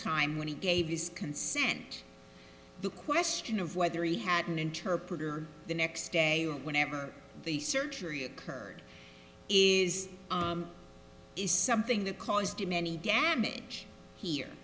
time when he gave his consent the question of whether he had an interpreter the next day or whenever the surgery occurred is is something that caused him any damage here